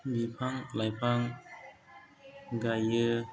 बिफां लाइफां गायो